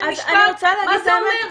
מה זה אומר?